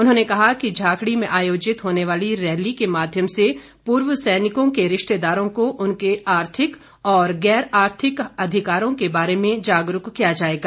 उन्होंने कहा कि झाखड़ी में आयोजित होने वाली रैली के माध्यम से पूर्व सैनिक के रिश्तेदारों को उनके आर्थिक और गैर आर्थिक अधिकारों के बारे में जागरूक किया जाएगा